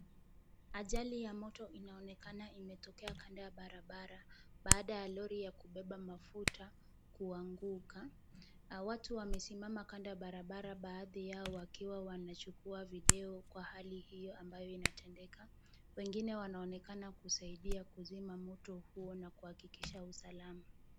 Ajali ya moto inaonekana imetokea kando ya barabara. Baada ya lori ya kubeba mafuta kuanguka. Watu wamesimama kando ya barabara baadhi yao wakiwa wanachukua video kwa hali hiyo ambayo inatendeka. Wengine wanaonekana kusaidia kuzima moto huo na kuhakikisha usalama.